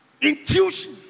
intuition